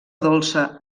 dolça